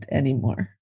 anymore